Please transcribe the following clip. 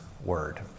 word